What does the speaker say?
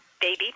baby